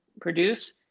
produce